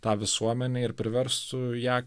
tą visuomenę ir priverstų ją